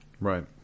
Right